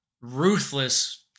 ruthless